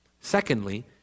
Secondly